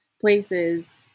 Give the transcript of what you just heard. places